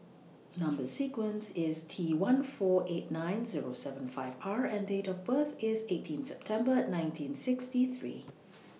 Number sequence IS T one four eight nine Zero seven five R and Date of birth IS eighteenth September nineteen sixty three